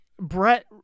Brett